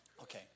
Okay